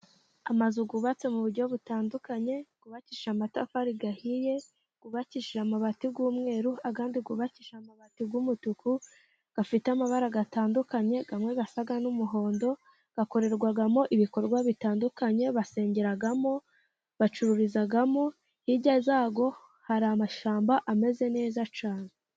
Amazu yubatse mu buryo butandukanye, yubakishije amatafari ahiye, yubakijije amabati y'umweru ayandi yubakije amabati 'umutuku gafite amabara atandukanye, amwe asa n'umuhondo akorerwagamo ibikorwa bitandukanye: basengeragamo, bacururizagamo hirya yazo hari amashyamba ameze neza cyane.